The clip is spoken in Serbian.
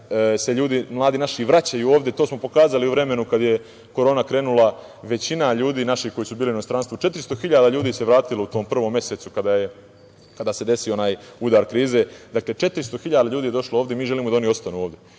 naši mladi ljudi vraćaju ovde. To smo pokazali u vremenu kada je korona krenula, većina naših ljudi koji su bili u inostranstvu, 400.000 ljudi se vratilo u tom prvom mesecu kada se desio onaj udar krize. Dakle, 400.000 ljudi je došlo ovde i mi želimo da oni ostanu ovde.